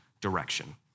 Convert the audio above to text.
direction